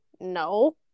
no